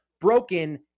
Broken